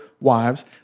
wives